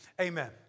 amen